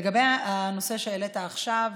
לגבי הנושא שהעלית עכשיו,